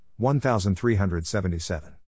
1377